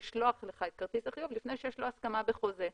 לשלוח לך את כרטיס החיוב לפני שיש לו הסכמה בחוזה.